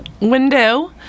window